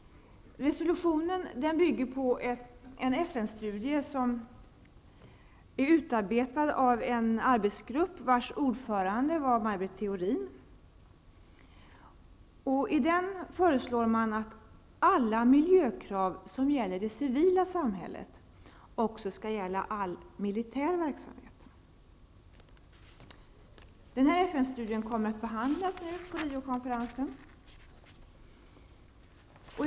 Resolutionen bygger på en FN-studie, som är utarbetad av en arbetsgrupp vars ordförande var Maj Britt Theorin. I den föreslår man att alla miljökrav som gäller det civila samhället också skall gälla all militär verksamhet. Den FN-studien kommer att behandlas på Rio-konferensen.